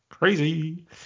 Crazy